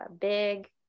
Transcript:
Big